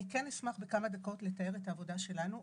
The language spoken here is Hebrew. אני אשמח לתאר בכמה דקות את העבודה שלנו.